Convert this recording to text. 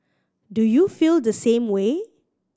do you feel the same way